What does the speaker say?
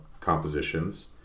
compositions